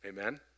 Amen